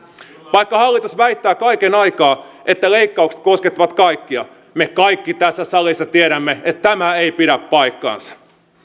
vaikka hallitus väittää kaiken aikaa että leikkaukset koskettavat kaikkia me kaikki tässä salissa tiedämme että tämä ei pidä paikkaansa